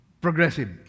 progressive